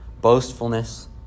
boastfulness